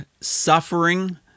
suffering